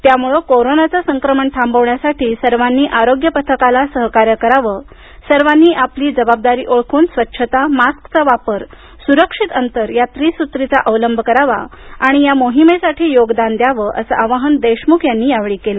त्यामुळे कोरोनाचं संक्रमण थांबविण्यासाठी सर्वांनी आरोग्य पथकाला सहाकार्य करावं सर्वांनी आपली जबाबदारी ओळखून स्वच्छता मास्कचा वापर स्रक्षित अंतर या त्रिसूत्रीचा अवलंब करावा आणि मोहिमेसाठी योगदान द्यावं असं आवाहन देशमुख यांनी यावेली केलं